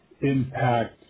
impact